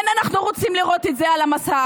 כן, אנחנו רוצים לראות את זה על המסך.